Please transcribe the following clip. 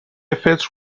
فطر